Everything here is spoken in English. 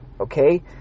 okay